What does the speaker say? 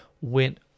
went